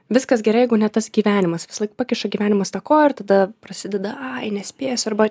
viskas gerai jeigu ne tas gyvenimas visąlaik pakiša gyvenimas tą koją ir tada prasideda ai nespėsiu arba